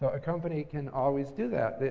a company can always do that.